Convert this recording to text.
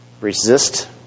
resist